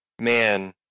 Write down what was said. man